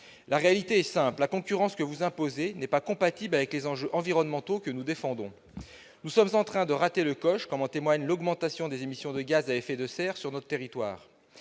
La réalité est simple : la concurrence que vous imposez n'est pas compatible avec les enjeux environnementaux que nous défendons. Nous sommes en train de rater le coche, comme le prouve l'augmentation des émissions de gaz à effet de serre sur notre territoire.